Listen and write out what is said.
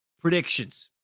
predictions